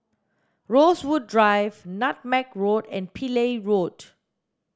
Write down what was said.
Rosewood Drive Nutmeg Road and Pillai Road